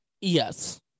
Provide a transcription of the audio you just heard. Yes